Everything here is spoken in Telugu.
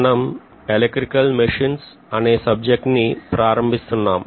మనం ఎలక్ట్రికల్ మెషన్స్ అనే సబ్జెక్ట్ ని ప్రారంభిస్తునాం